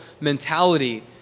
mentality